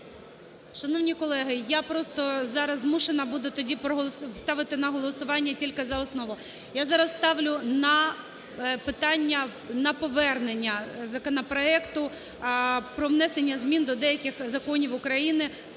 Шановні колеги, я просто зараз змушена буду тоді ставити на голосування тільки за основу. Я зараз ставлю питання на повернення законопроекту про внесення змін до деяких законів України